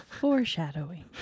Foreshadowing